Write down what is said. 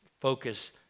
focus